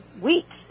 weeks